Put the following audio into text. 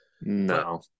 No